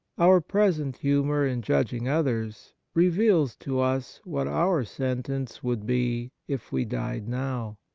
our present humour in judging others reveals to us what our sentence would be if we died now.